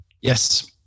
Yes